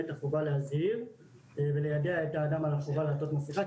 החובה להזהיר וליידע את האדם על החובה לעטות מסכה,